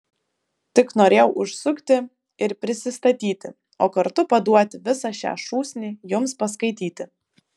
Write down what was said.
tik norėjau užsukti ir prisistatyti o kartu paduoti visą šią šūsnį jums paskaityti